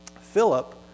Philip